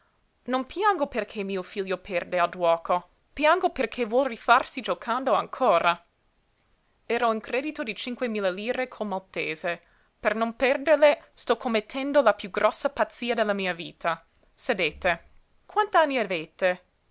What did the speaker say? non piango perché mio figlio perde al giuoco piango perché vuol rifarsi giocando ancora ero in credito di cinque mila lire col maltese per non perderle sto commettendo la piú grossa pazzia della mia vita sedete quant'anni avete